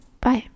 Bye